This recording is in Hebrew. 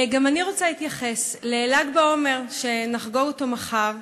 גם אני רוצה להתייחס לל"ג בעומר, שנחגוג אותו מחר,